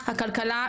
הכלכלה,